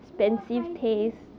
什么 high taste